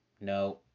no